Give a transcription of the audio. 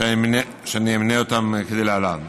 ואני אמנה אותם להלן.